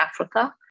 Africa